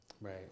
Right